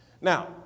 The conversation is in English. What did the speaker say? Now